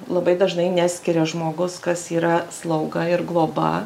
labai dažnai neskiria žmogus kas yra slauga ir globa